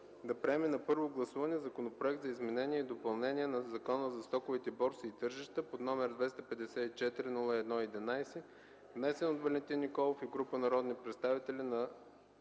да приеме на първо гласуване Законопроект за изменение и допълнение на Закона за стоковите борси и тържищата, № 254-01-11, внесен от Валентин Николов и група народни представители на